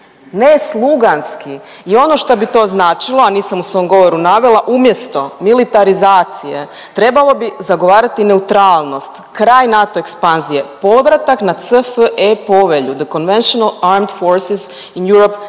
ne sluganski i ono što bi to značilo, a nisam u svom govoru navela, umjesto militarizacije trebalo bi zagovarati neutralnost, kraj NATO ekspanzije, povratak na CFE povelju (The conventional Armend forces in Europe CFE